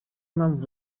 impamvu